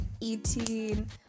eating